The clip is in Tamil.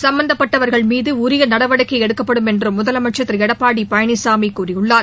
சும்பந்தப்பட்டவர்கள் மீத உரிய நடவடிக்கை எடுக்கப்படும் என்றும் முதலமைச்சர் திரு எடப்பாடி பழனிசாமி கூறியுள்ளார்